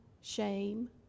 shame